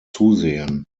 zusehen